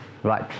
Right